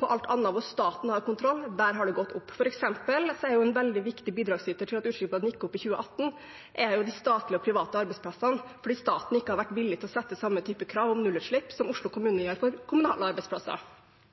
På alt annet, hvor staten har kontroll, har det gått opp. For eksempel er en veldig viktig bidragsyter til at utslippene gikk opp i 2018, de statlige og private anleggsplassene, fordi staten ikke har vært villig til å sette samme type krav om nullutslipp som Oslo kommune gjør for kommunale anleggsplasser.